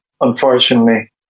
unfortunately